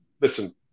listen